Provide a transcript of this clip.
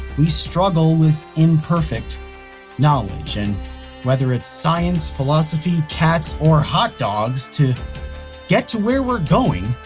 we struggle with imperfect knowledge. and whether it's science, philosophy, cats or hot dogs, to get to where we're going,